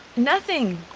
nothing.